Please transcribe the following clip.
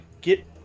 get